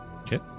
Okay